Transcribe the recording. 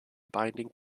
binding